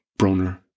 Broner